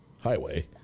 highway